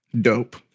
Dope